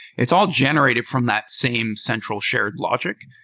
it's all generated from that same central shared logic.